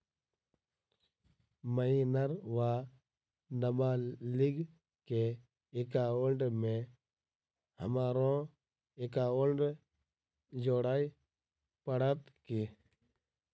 Minor वा नबालिग केँ एकाउंटमे हमरो एकाउन्ट जोड़य पड़त की?